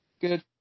Good